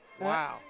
Wow